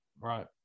Right